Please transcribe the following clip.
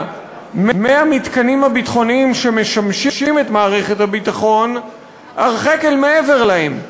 מהמתקנים הביטחוניים שמשמשים את מערכת הביטחון הרחק אל מעבר להם,